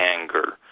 anger